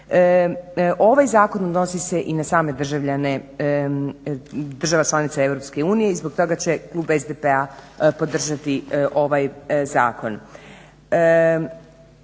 ovaj zakon odnosi se i na same državljane, država članica Europske unije i zbog toga će Klub SDP-a podržati ovaj Zakon.